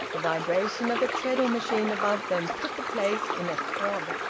the vibration of a treadle-machine above them put the place in a throb.